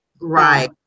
right